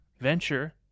venture